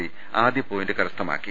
C ആദ്യ point കരസ്ഥമാക്കി